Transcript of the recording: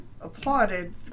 applauded